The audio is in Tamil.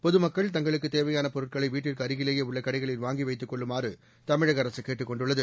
பொதுமக்கள் தங்களுக்கு தேவையான பொருட்களை வீட்டிற்கு அருகிலேயே உள்ள கடைகளில் வாங்கி வைத்துக் கொள்ளுமாறு தமிழக அரசு கேட்டுக் கொண்டுள்ளது